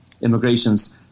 immigrations